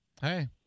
Hey